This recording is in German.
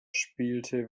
spielte